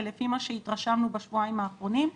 ולפי מה שהתרשמנו בשבועיים האחרונים,